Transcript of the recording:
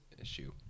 issue